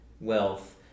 wealth